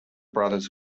brothers